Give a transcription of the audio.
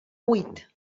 huit